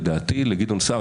לגדעון סער,